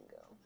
go